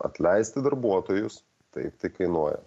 atleisti darbuotojus taip tai kainuoja